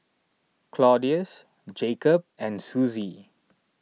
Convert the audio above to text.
Claudius Jakob and Suzie